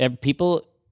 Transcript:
people